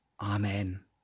Amen